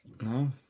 No